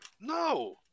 No